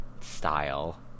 style